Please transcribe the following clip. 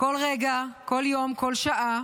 כל רגע, כל יום, כל שעה.